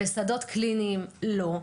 ושדות קליניים לא,